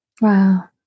Wow